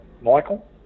Michael